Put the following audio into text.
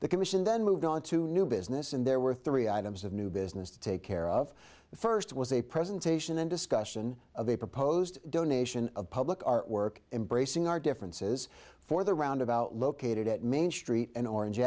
the commission then moved on to new business and there were three items of new business to take care of the first was a presentation and discussion of a proposed donation of public art work embracing our differences for the roundabout located at main street and orange